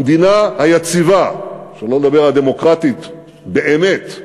המדינה היציבה, שלא לדבר הדמוקרטית באמת,